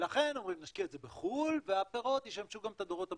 ולכן הם אומרים להשקיע את זה בחו"ל והפירות ישמשו גם את הדורות הבאים.